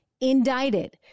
Indicted